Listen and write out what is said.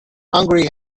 hungary